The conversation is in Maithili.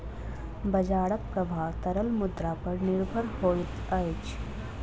बजारक प्रभाव तरल मुद्रा पर निर्भर होइत अछि